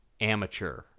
amateur